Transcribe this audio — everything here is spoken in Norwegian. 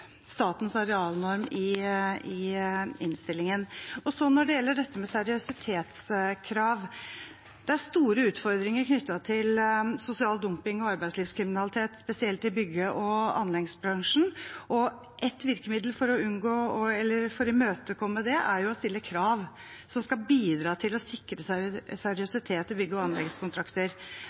statens arealnorm. Når det gjelder dette med seriøsitetskrav: Det er store utfordringer knyttet til sosial dumping og arbeidslivskriminalitet, spesielt i bygge- og anleggsbransjen, og et virkemiddel for å imøtekomme det, er å stille krav som skal bidra til å sikre seriøsitet i bygge- og anleggskontrakter.